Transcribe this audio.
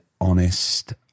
honest